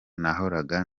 nahoraga